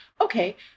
Okay